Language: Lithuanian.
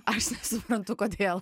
aš nesuprantu kodėl